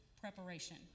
preparation